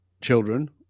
children –